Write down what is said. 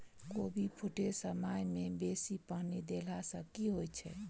कोबी फूटै समय मे बेसी पानि देला सऽ की होइ छै?